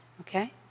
Okay